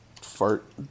fart